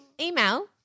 email